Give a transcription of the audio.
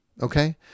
Okay